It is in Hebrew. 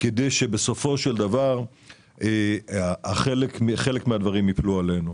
כדי שבסופו של דבר חלק מהדברים ייפלו עלינו.